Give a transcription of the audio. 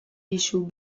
dizu